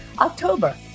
October